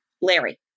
Larry